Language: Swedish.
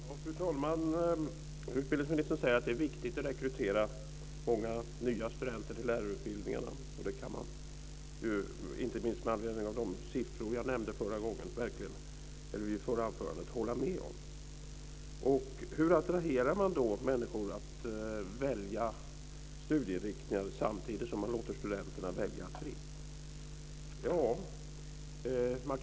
Fru talman! Utbildningsministern säger att det är viktigt att rekrytera många nya studenter till lärarutbildningarna. Det kan man ju, inte minst med anledning av de siffror som jag nämnde i det förra anförandet, verkligen hålla med om. Hur attraherar man då människor att välja vissa studieinriktningar samtidigt som man låter studenterna välja fritt?